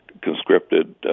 conscripted